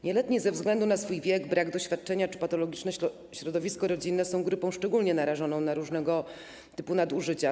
Nieletni ze względu na swój wiek, brak doświadczenia czy patologiczne środowisko rodzinne są grupą szczególnie narażoną na różnego typu nadużycia.